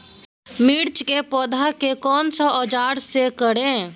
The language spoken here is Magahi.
मिर्च की पौधे को कौन सा औजार से कोरे?